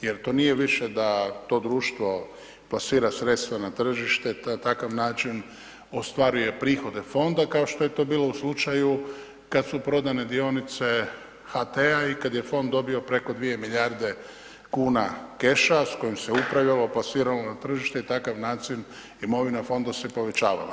Jer to nije više da to društvo plasira sredstva na tržište i na takav način ostvaruje prihode fonda kao što je to bilo u slučaju kad su prodane dionice HT-a i kad je fond dobio preko dvije milijarde kuna keša s kojim se upravljalo, plasiralo na tržite i takav način imovina fonda se povećavala.